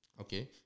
Okay